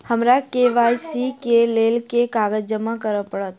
हमरा के.वाई.सी केँ लेल केँ कागज जमा करऽ पड़त?